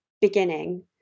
beginning